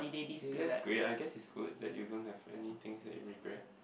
okay that's great I guess is good that you don't have anythings that you regret